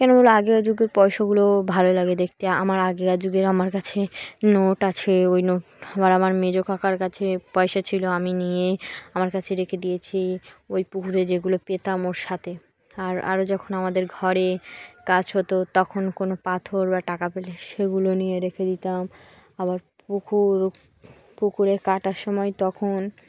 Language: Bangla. কেন বললো আগেকার যুগের পয়সাগুলো ভালো লাগে দেখতে আমার আগেকার যুগের আমার কাছে নোট আছে ওই নোট আবার আমার মেজ কাকার কাছে পয়সা ছিল আমি নিয়ে আমার কাছে রেখে দিয়েছি ওই পুকুরে যেগুলো পেতাম ওর সাথে আর আরও যখন আমাদের ঘরে কাজ হতো তখন কোনো পাথর বা টাকা পেলে সেগুলো নিয়ে রেখে দিতাম আবার পুকুর পুকুরে কাটার সময় তখন